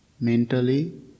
mentally